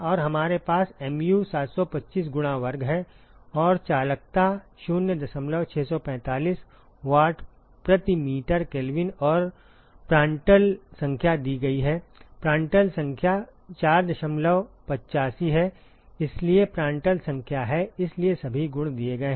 और हमारे पास mu 725 गुणा वर्ग है और चालकता 0645 वाट प्रति मीटर केल्विन और प्रांड्टल संख्या दी गई है प्रांड्टल संख्या 485 है इसलिए प्रांड्टल संख्या है इसलिए सभी गुण दिए गए हैं